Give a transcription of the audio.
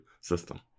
system